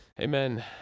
Amen